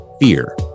fear